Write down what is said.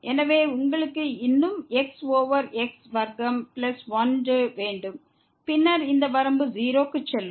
எனவே உங்களுக்கு இன்னும் x ஓவர் x வர்க்கம் பிளஸ் 1 வேண்டும் பின்னர் இந்த வரம்பு 0 க்கு செல்லும்